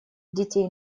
детей